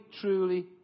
truly